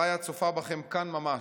רעיה צופה בכם כאן ממש.